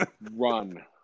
Run